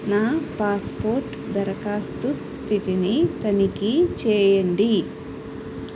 నా పాస్పోర్ట్ దరఖాస్తు స్థితిని తనిఖీ చేయండి